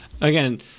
again